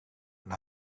and